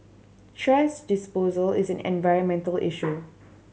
thrash disposal is an environmental issue